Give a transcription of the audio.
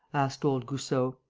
asked old goussot.